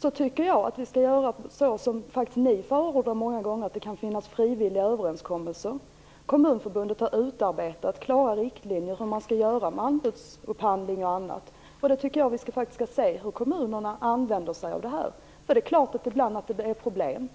Jag tycker att vi skall göra så som ni faktiskt förordar många gånger. Det kan finnas frivilliga överenskommelser. Kommunförbundet har utarbetat klara riktlinjer för hur man skall göra med anbudsupphandling och annat. Vi skall faktiskt se hur kommunerna använder sig av det här. Det är klart att det blir problem